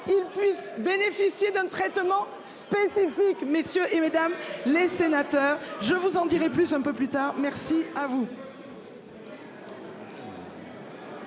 ils puissent bénéficier d'un traitement spécifique, messieurs et mesdames les sénateurs. Je vous en dirai plus un peu plus tard. Merci à vous.